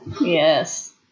Yes